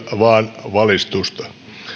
vaan valistusta